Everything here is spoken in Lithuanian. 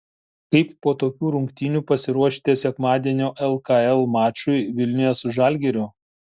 kaip po tokių rungtynių pasiruošite sekmadienio lkl mačui vilniuje su žalgiriu